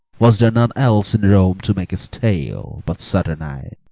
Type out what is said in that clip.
was there none else in rome to make a stale but saturnine?